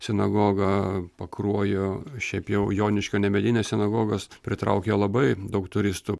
sinagoga pakruojo šiaip jau joniškio ne medinės sinagogos pritraukia labai daug turistų